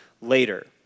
later